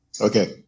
Okay